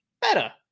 better